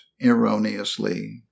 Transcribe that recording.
erroneously